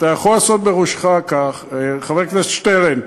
אתה יכול לעשות בראשך כך, חבר הכנסת שטרן,